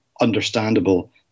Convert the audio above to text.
understandable